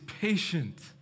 patient